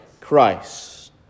Christ